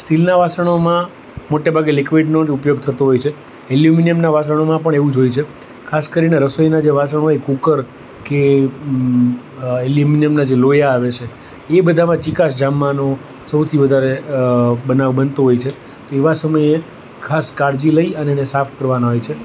સ્ટીલનાં વાસણોમાં મોટેભાગે લિક્વિડનો જ ઉપયોગ થતો હોય છે એલ્યુમિનિયમનાં વાસણોમાં પણ એવું જ હોય છે ખાસ કરીને રસોઈનાં જે વાસણો હોય કૂકર કે એલ્યુમિનિયમનાં જે લોયા આવે છે એ બધામાં ચિકાશ જામવાનો સૌથી વધારે બનાવ બનતો હોય છે એવા સમયે ખાસ કાળજી લઈને અને એને સાફ કરવાનાં હોય છે